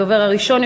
הדובר הראשון,